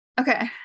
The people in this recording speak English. okay